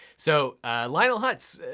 so lionel hutz,